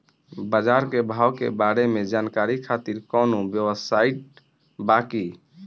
बाजार के भाव के बारे में जानकारी खातिर कवनो वेबसाइट बा की?